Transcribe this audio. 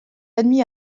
admis